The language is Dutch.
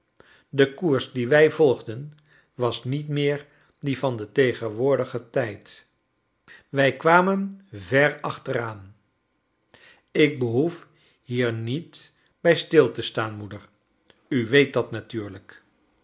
de kocrs diet wij volgden was niet nieer die van den legenwoordigen tijd wij kwamen ver achteraan jk behoef hier met bij stil te staan moeder u weet dat natuuriijk